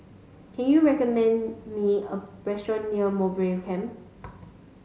can you recommend me a restaurant near Mowbray Camp